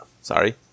sorry